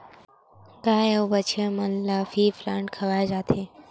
गाय अउ बछिया मन ल फीप्लांट खवाए जाथे